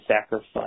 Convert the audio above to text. sacrifice